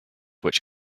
which